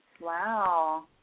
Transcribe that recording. Wow